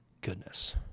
Goodness